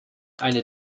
eine